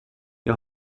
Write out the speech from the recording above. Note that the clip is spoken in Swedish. jag